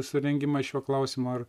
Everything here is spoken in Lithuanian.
surengimas šiuo klausimu ar